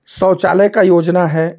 शौचालय का योजना है